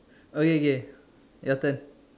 okay okay your turn